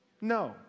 No